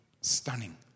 stunning